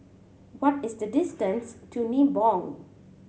what is the distance to Nibong